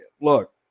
look